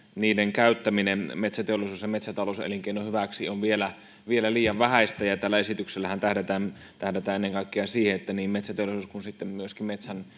käyttäminen metsäteollisuuden ja metsätalouselinkeinon hyväksi on vielä vielä liian vähäistä ja tällä esityksellähän tähdätään tähdätään ennen kaikkea siihen että niin metsäteollisuus kuin sitten myöskin